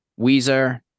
Weezer